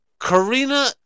Karina